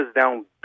down